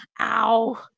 ow